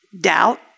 doubt